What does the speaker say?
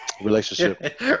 Relationship